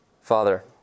Father